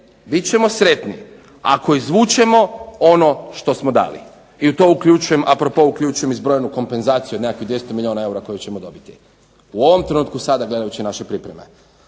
ćemo sretni ako izvučemo ono što smo dali i tu uključujem, a pro pos uključujem i zbrojenu kompenzaciju od nekakvih 200 milijuna eura koje ćemo dobiti. U ovom trenutku sada gledajući naše pripreme.